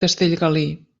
castellgalí